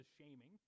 shaming